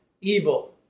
Evil